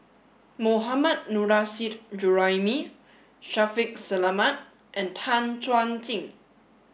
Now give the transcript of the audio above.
Mohammad Nurrasyid Juraimi Shaffiq Selamat and Tan Chuan Jin